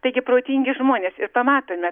taigi protingi žmonės ir pamatome